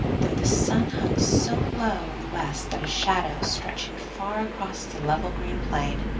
though the sun hung so low in the west that his shadow, stretching far across the level, green plain,